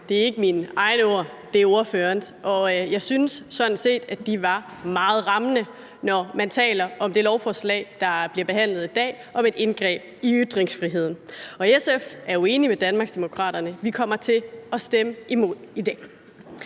Det er ikke mine egne ord. Det er ordførerens. Jeg synes sådan set, at de var meget rammende, når man taler om det lovforslag, der bliver behandlet i dag, om et indgreb i ytringsfriheden. SF er enige med Danmarksdemokraterne. Vi kommer til at stemme imod i dag.